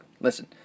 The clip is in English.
Listen